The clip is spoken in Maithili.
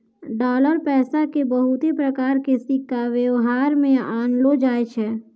डालर पैसा के बहुते प्रकार के सिक्का वेवहार मे आनलो जाय छै